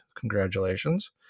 Congratulations